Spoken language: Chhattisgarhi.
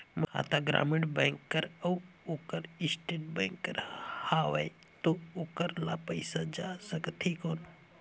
मोर खाता ग्रामीण बैंक कर अउ ओकर स्टेट बैंक कर हावेय तो ओकर ला पइसा जा सकत हे कौन?